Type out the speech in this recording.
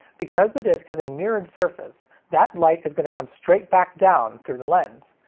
because the disc has a mirrored surface, that light is gonna come straight back down through the lens.